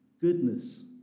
goodness